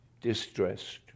Distressed